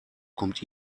kommt